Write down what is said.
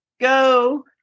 go